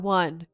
one